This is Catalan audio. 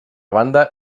banda